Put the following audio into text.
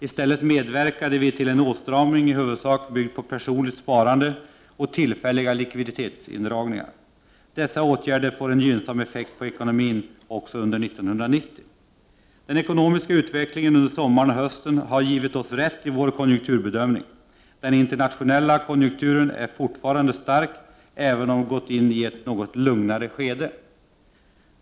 I stället medverkade vi till en åtstramning, i huvudsak byggd på personligt sparande och tillfälliga likviditetsindragningar. Dessa åtgärder får en gynnsam effekt på ekonomin också under 1990. Den ekonomiska utvecklingen under sommaren och hösten har givit oss rätt i vår konjunkturbedömning. Den internationella konjunkturen är fortfarande stark, även om den gått in i ett något lugnare skede.